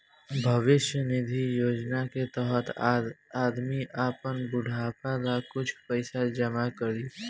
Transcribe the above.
भविष्य निधि योजना के तहत आदमी आपन बुढ़ापा ला कुछ पइसा जमा करी